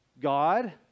God